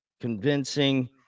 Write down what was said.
convincing